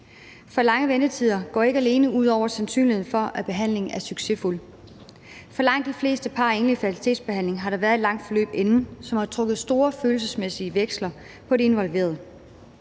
nu. Lange ventetider går ikke alene ud over sandsynligheden for, at behandlingen er succesfuld, også for langt de fleste par i fertilitetsbehandling har der været et langt forløb inden, som har trukket store følelsesmæssige veksler på de involverede.